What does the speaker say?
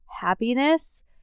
happiness